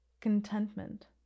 Contentment